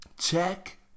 Check